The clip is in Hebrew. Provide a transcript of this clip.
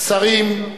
שרים,